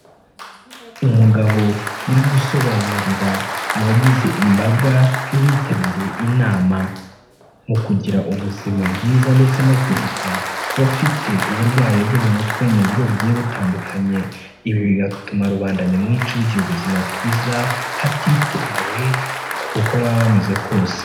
Umugabo uri gusobanurira abagize imbaga y'abitabiriye inama. Mu kugira ubuzima bwiza ndetse no kwita ku bafite uburwayi bwo mu mutwe mu buryo bugiye butandukanye. Ibi bigatuma rubanda nyamwinshi rugira ubuzima bwiza hatitawe k'uko baba bameze kose.